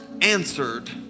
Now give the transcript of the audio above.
answered